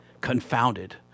confounded